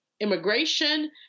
immigration